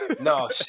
no